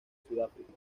sudáfrica